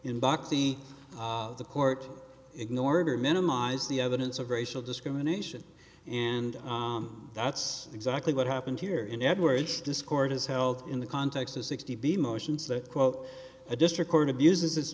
boxing the court ignored or minimize the evidence of racial discrimination and that's exactly what happened here in edwards discord is held in the context of sixty b motions that quote a district court abuses its